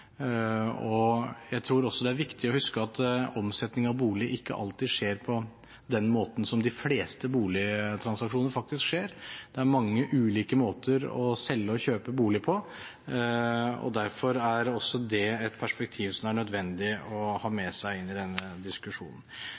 Jeg tror også det er viktig å huske at omsetning av bolig ikke alltid skjer på den måten som de fleste boligtransaksjoner faktisk skjer. Det er mange ulike måter å selge og kjøpe bolig på, og derfor er også det et perspektiv som er nødvendig å ha med seg inn i denne diskusjonen.